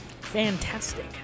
fantastic